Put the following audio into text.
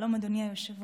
שלום, אדוני היושב-ראש.